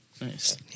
Nice